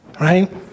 Right